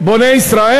בוני ישראל,